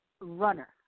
runner